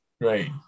Right